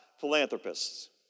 philanthropists